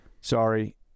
sorry